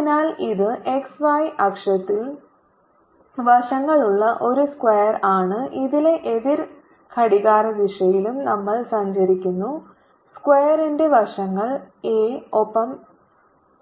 അതിനാൽ ഇത് x y അക്ഷങ്ങളിൽ വശങ്ങളുള്ള ഒരു സ്ക്വാർ ആണ് ഇതിലെ എതിർ ഘടികാരദിശയിലും നമ്മൾ സഞ്ചരിക്കുന്നു സ്ക്വാർ ന്റെ വശങ്ങൾ a ഒപ്പം